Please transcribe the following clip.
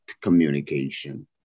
communication